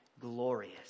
glorious